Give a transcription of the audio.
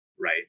Right